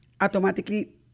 Automatically